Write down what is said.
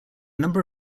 number